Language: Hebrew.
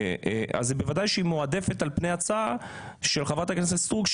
בוודאי שהיא מועדפת על-פני הצעה של חברת הכנסת סטרוק,